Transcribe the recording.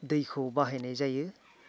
दैखौ बाहायनाय जायो